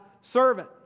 servant